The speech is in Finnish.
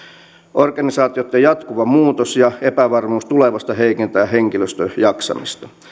organisaatioitten jatkuva muutos ja epävarmuus tulevasta heikentävät henkilöstön jaksamista